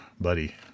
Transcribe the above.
buddy